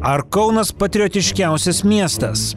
ar kaunas patriotiškiausias miestas